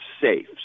safe